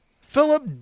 Philip